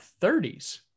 30s